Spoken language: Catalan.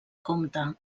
compte